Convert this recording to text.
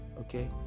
Okay